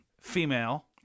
Female